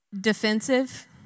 defensive